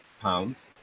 pounds